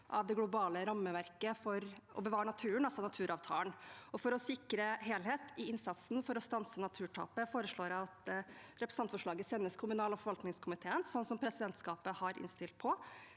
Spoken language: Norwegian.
av det globale rammeverket for å bevare naturen, altså naturavtalen. For å sikre helhet i innsatsen for å stanse naturtapet foreslår jeg at representantforslaget sendes kommunal- og forvaltningskomiteen, slik presidentskapet har innstilt på,